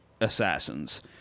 assassins